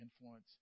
influence